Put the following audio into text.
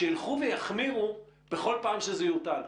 שילכו ויחמירו בכל פעם שזה יוטל.